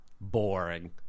boring